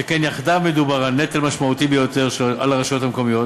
שכן יחדיו מדובר על נטל משמעותי ביותר על הרשויות המקומות,